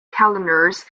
calendars